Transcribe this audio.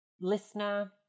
listener